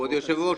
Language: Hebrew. כבוד היושב-ראש,